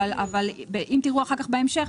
אבל אם תראו אחר כך בהמשך,